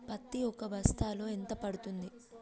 పత్తి ఒక బస్తాలో ఎంత పడ్తుంది?